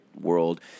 world